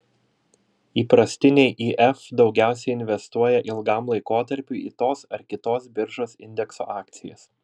įprastiniai if daugiausiai investuoja ilgam laikotarpiui į tos ar kitos biržos indekso akcijas